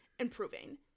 improving